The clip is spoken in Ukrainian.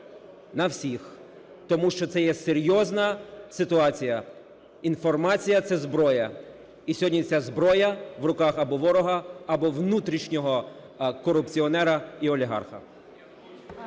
на всіх, тому що це є серйозна ситуація. Інформація – це зброя. І сьогодні ця зброя в руках або ворога, або внутрішнього корупціонера і олігарха.